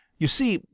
you see,